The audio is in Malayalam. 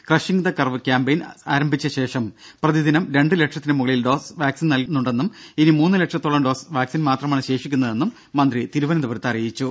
ക്രഷിംഗ് ദ കർവ് കാംപയിൻ ആരംഭിച്ച ശേഷം പ്രതിദിനം രണ്ട് ലക്ഷത്തിന് മുകളിൽ ഡോസ് വാക്സിൻ നൽകുന്നുണ്ടെന്നും ഇനി മൂന്ന് ലക്ഷത്തോളം ഡോസ് വാക്സിൻ മാത്രമാണ് ശേഷിക്കുന്നതെന്നും മന്ത്രി തിരുവനന്തപുരത്ത് അറിയിച്ചു